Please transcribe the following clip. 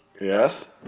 Yes